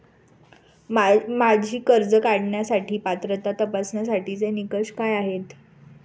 माझी कर्ज काढण्यासाठी पात्रता तपासण्यासाठीचे निकष काय आहेत?